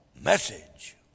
message